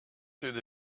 through